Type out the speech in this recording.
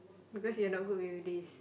because you're not good with this